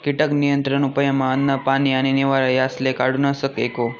कीटक नियंत्रण उपयमा अन्न, पानी आणि निवारा यासले काढूनस एको